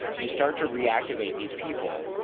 you start to reactivate these people.